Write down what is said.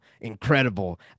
incredible